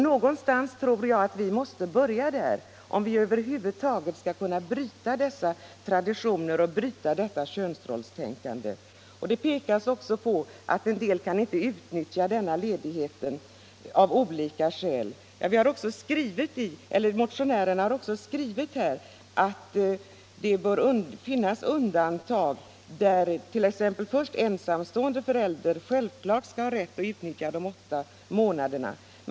Någonstans tror jag att vi måste börja, om vi över huvud taget skall kunna bryta dessa traditioner och detta könsrollstänkande. Det pekas på att en del inte kan utnyttja ledigheten, av olika skäl. Motionärerna har också skrivit att det finns undantag. Exempelvis skall ensamstående förälder självfallet ha rätt att utnyttja de åtta månaderna.